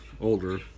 older